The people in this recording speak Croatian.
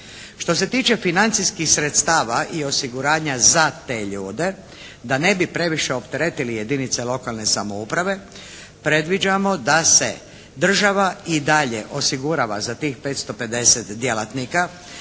Što se tiče financijskih sredstava i osiguranja za te ljude, da ne bi previše opteretili jedinice lokalne samouprave predviđamo da se država i dalje osigurava za tih 550 djelatnika